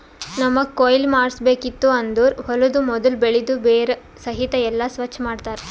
ನಮ್ಮಗ್ ಕೊಯ್ಲಿ ಮಾಡ್ಸಬೇಕಿತ್ತು ಅಂದುರ್ ಹೊಲದು ಮೊದುಲ್ ಬೆಳಿದು ಬೇರ ಸಹಿತ್ ಎಲ್ಲಾ ಸ್ವಚ್ ಮಾಡ್ತರ್